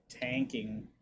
Tanking